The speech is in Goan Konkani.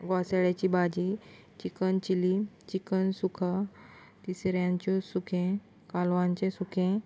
गोसाळ्याची भाजी चिकन चिली चिकन सुका तिसऱ्यांचे सुकें कालवांचे सुकें